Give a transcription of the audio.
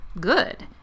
good